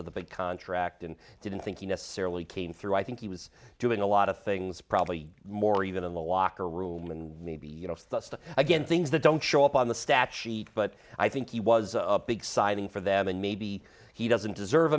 of the big contract and didn't think he necessarily came through i think he was doing a lot of things probably more even in the locker room and maybe you know again things that don't show up on the stat sheet but i think he was a big signing for them and maybe he doesn't deserve